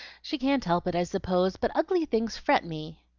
she can't help it, i suppose, but ugly things fret me.